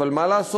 אבל מה לעשות,